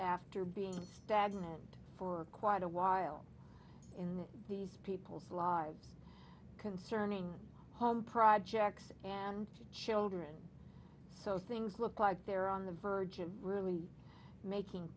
after being stagnant for quite a while in these people's lives concerning home projects and children so things look like they're on the verge of really making